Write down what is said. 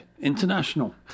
International